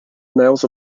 males